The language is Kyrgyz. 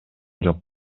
жок